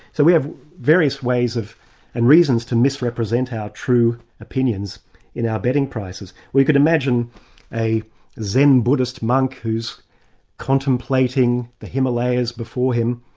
so we have various ways and reasons to misrepresent our true opinions in our betting prices. we can imagine a zen buddhist monk who's contemplating the himalayas before him.